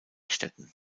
städten